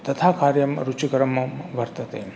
तथा कार्यं रुचिकरं मम वर्तते